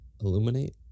Illuminate